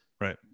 Right